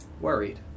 worried